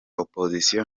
opozisiyo